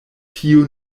tiu